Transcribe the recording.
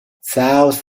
south